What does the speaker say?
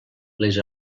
les